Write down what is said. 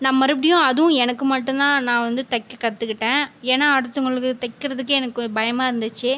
நான் மறுபடியும் அதுவும் எனக்கு மட்டுந்தான் நான் வந்து தைக்க கற்றுக்கிட்டேன் ஏன்னா அடுத்தவங்களுக்கு தைக்கறதுக்கே எனக்கு கொஞ்சம் பயமாக இருந்துச்சு